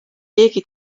keegi